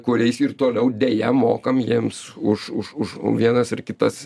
kuriais ir toliau deja mokam jiems už už už vienas ar kitas